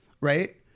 right